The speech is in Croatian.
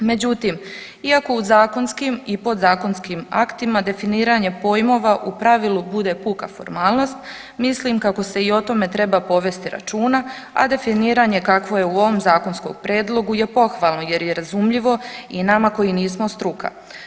Međutim, iako u zakonskim i podzakonskim aktima definiranje pojmova u pravilu bude puka formalnost mislim kako se i o tome treba povesti računa, a definiranje kakvo je u ovom zakonskom prijedlogu je pohvalno jer je razumljivo i nama koji nismo struka.